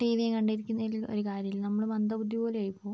T വിയും കണ്ടിരിക്കുന്നേൽ ഒരു കാര്യവുമില്ല നമ്മൾ മന്ദബുദ്ധിപോലെയായി പോകും